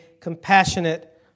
compassionate